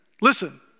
Listen